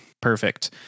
Perfect